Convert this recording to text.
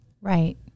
Right